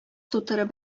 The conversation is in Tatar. тутырып